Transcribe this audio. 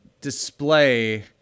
display